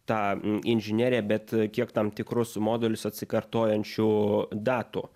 tą inžineriją bet kiek tam tikrus modulius atsikartojančių datų